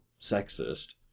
sexist